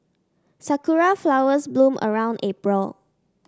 sakura flowers bloom around April